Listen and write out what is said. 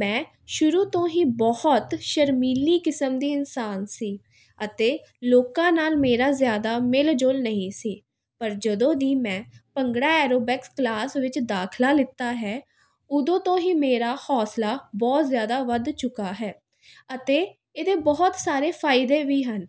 ਮੈਂ ਸ਼ੁਰੂ ਤੋਂ ਹੀ ਬਹੁਤ ਸ਼ਰਮੀਲੀ ਕਿਸਮ ਦੀ ਇਨਸਾਨ ਸੀ ਅਤੇ ਲੋਕਾਂ ਨਾਲ ਮੇਰਾ ਜ਼ਿਆਦਾ ਮਿਲ ਜੁਲ ਨਹੀਂ ਸੀ ਪਰ ਜਦੋਂ ਦੀ ਮੈਂ ਭੰਗੜਾ ਐਰੋਬਿਕਸ ਕਲਾਸ ਵਿੱਚ ਦਾਖਲਾ ਲਿਤਾ ਹੈ ਉਦੋਂ ਤੋਂ ਹੀ ਮੇਰਾ ਹੌਂਸਲਾ ਬਹੁਤ ਜ਼ਿਆਦਾ ਵੱਧ ਚੁੱਕਾ ਹੈ ਅਤੇ ਇਹਦੇ ਬਹੁਤ ਸਾਰੇ ਫਾਇਦੇ ਵੀ ਹਨ